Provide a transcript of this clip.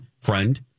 friend